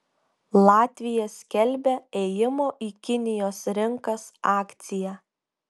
latvija skelbia ėjimo į kinijos rinkas akciją